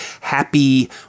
Happy